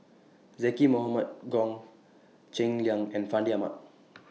Zaqy Mohamad Goh Cheng Liang and Fandi Ahmad